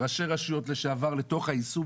ראשי רשויות לשעבר לתוך היישום,